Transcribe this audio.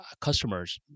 customers